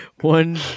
One